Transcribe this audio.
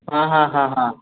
हां हां हां हां